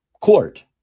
court